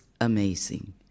amazing